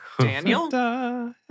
Daniel